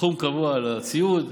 סכום קבוע על הציוד,